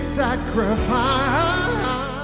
sacrifice